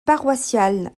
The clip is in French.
paroissiale